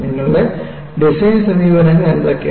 നിങ്ങളുടെ ഡിസൈൻ സമീപനങ്ങൾ എന്തൊക്കെയാണ്